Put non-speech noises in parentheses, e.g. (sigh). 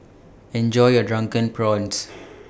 Enjoy your Drunken Prawns (noise)